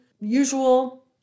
usual